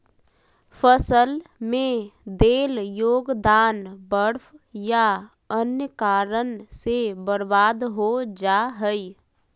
फसल में देल योगदान बर्फ या अन्य कारन से बर्बाद हो जा हइ